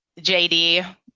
JD